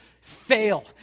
fail